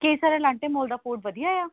ਕੀ sir ਇਲਾਂਟੇ mall ਦਾ food ਵਧੀਆ ਏ ਆ